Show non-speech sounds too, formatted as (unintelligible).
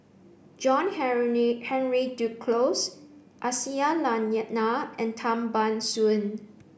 John (unintelligible) Henry Duclos Aisyah Lyana and Tan Ban Soon